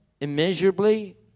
immeasurably